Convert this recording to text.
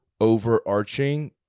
overarching